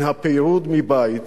מן הפירוד מבית,